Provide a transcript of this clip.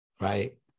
Right